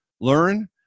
learn